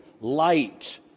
light